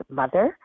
mother